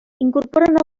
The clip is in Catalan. incorporen